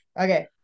Okay